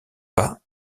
pas